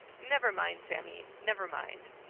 never mind, sammy never mind.